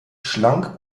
schlank